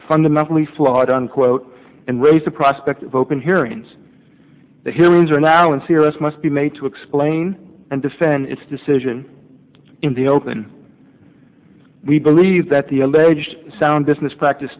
fundamentally flawed unquote and raise the prospect of open hearings the hearings are now in serious must be made to explain and defend its decision in the open we believe that the alleged sound business practice